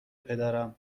پدرم